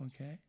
Okay